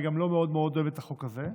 היא גם לא מאוד מאוד אוהבת את החוק הזה,